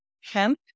hemp